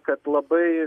kad labai